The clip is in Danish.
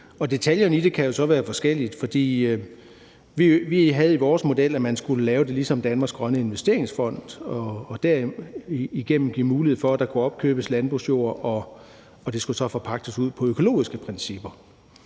Detaljerne i det kan jo så være forskellige. Vi havde i vores model, at man skulle lave det ligesom Danmarks Grønne Investeringsfond og derigennem give mulighed for, at der kunne opkøbes landbrugsjord, og det skulle så forpagtes ud på økologiske principper.